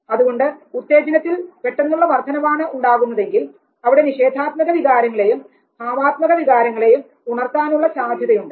അതുകൊണ്ട് ഉത്തേജനത്തിൽ പെട്ടെന്നുള്ള വർധനവാണ് ഉണ്ടാകുന്നതെങ്കിൽ അവിടെ നിഷേധാത്മക വികാരങ്ങളെയും ഭാവാത്മക വികാരങ്ങളെയും ഉണർത്താനുള്ള സാധ്യതയുണ്ട്